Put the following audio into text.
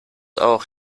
auch